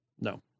No